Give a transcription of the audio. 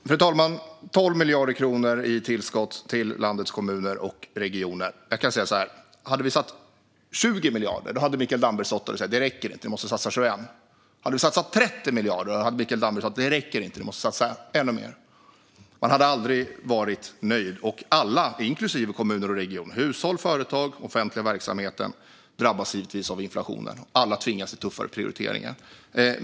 Fru talman! Det handlar om 12 miljarder kronor i tillskott till landets kommuner och regioner. Hade vi satsat 20 miljarder kronor hade Mikael Damberg stått här och sagt att det inte räcker utan att vi måste satsa 21 miljarder kronor. Hade vi satsat 30 miljarder kronor hade Mikael Damberg sagt att det inte räcker utan att vi måste satsa ännu mer. Han hade aldrig varit nöjd. Och alla, inklusive kommuner och regioner, hushåll, företag och offentlig verksamhet, drabbas givetvis av inflationen. Alla tvingas till tuffare prioriteringar.